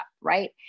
right